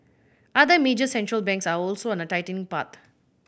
other major Central Banks are also on a tightening path